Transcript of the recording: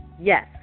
Yes